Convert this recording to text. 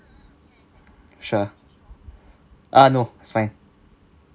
sure ah no it's fine